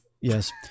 Yes